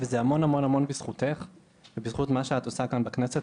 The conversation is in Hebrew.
וזה המון המון בזכותך ובזכות מה שאת עושה כאן בכנסת,